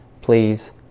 please